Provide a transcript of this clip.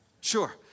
Sure